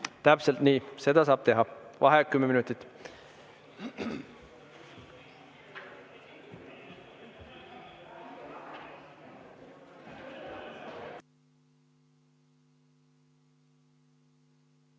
Täpselt nii, seda saab teha. Vaheaeg kümme minutit.